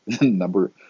Number